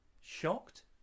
shocked